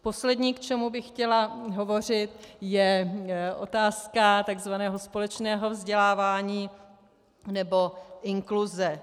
Poslední, k čemu bych chtěla hovořit, je otázka tzv. společného vzdělávání nebo inkluze.